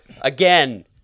Again